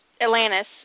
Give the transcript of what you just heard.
Atlantis